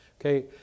okay